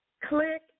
Click